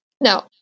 No